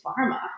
pharma